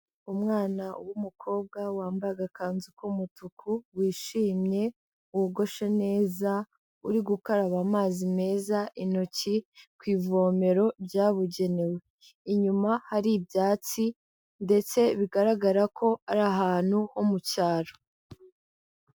Umwana w'umukobwa wambaye agakanzu k'umutuku wishimye wogoshe neza, uri gukaraba amazi meza intoki ku ivomero byabugenewe, inyuma hari ibyatsi ndetse bigaragara ko ari ahantu ho mu cyaro.